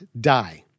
die